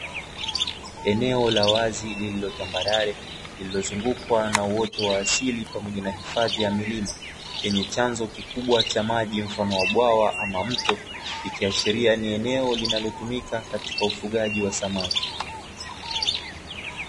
Eneo la wazi lililo tambalale lililozugukwa na uoto wa asili pamoja na hifadhi ya milima yenye chanzo kikubwa cha maji, mfano wa bwawa ama mto likiashilia ni eneo linalotumika katika ufugaji wa samaki.